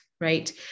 right